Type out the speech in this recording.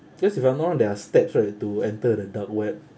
because if I'm not wrong there are steps right to enter the dark web